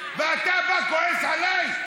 ואתה בא, כועס עליי?